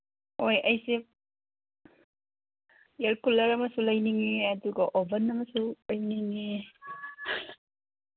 ꯍꯣꯏ ꯑꯩꯁꯦ air cooler ꯑꯃꯁꯨ ꯂꯩꯅꯤꯡꯉꯤ ꯑꯗꯨꯒ ꯑꯣꯚꯟ ꯑꯃꯁꯨ ꯂꯩꯅꯤꯡꯉꯤ